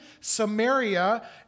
Samaria